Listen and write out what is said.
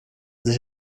sich